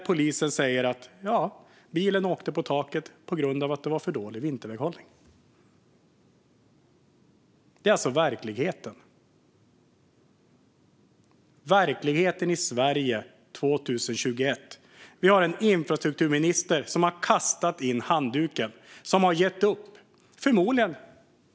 Polisen säger att bilen hamnade på taket på grund av att det var för dålig vinterväghållning. Detta är alltså verkligheten i Sverige 2021. Vi har en infrastrukturminister som har kastat in handduken - som har gett upp.